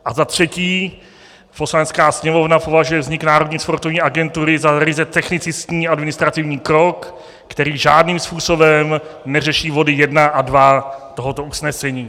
a za třetí Poslanecká sněmovna považuje vznik Národní sportovní agentury za ryze technicistní administrativní krok, který žádným způsobem neřeší body jedna a dva tohoto usnesení.